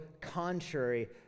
contrary